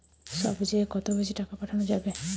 সব চেয়ে কত বেশি টাকা পাঠানো যাবে?